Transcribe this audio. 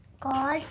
God